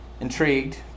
Intrigued